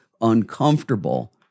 uncomfortable